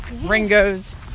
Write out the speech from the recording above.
Ringo's